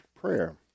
prayer